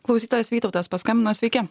klausytojas vytautas paskambino sveiki